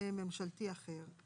ממשלתי אחר.